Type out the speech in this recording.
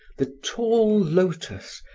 the tall lotus,